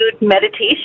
meditation